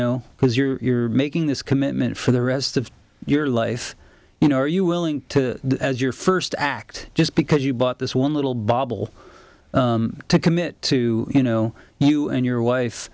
because you're making this commitment for the rest of your life you know are you willing to as your first act just because you bought this one little bubble to commit to you know you and your wife